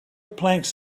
planks